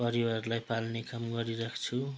परिवारलाई पाल्ने काम गरिरहेको छु